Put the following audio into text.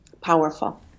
powerful